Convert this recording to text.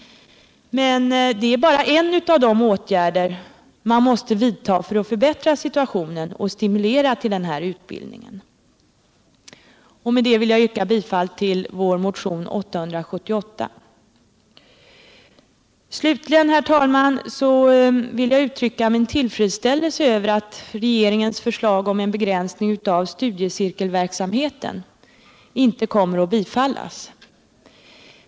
Men det är bara en av de åtgärder man måste vidta för att förbättra situationen och stimulera till denna utbildning. Med dessa ord vill jag yrka bifall till vår motion 878. Slutligen, herr talman, vill jag uttrycka min tillfredsställelse över att regeringens förslag om en begränsning av studiecirkelverksamheten inte kommer att bifallas.